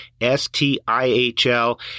s-t-i-h-l